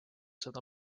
seda